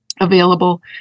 available